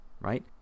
right